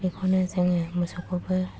बेखौनो जोङो मोसौखौबो